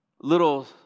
little